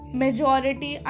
majority